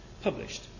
published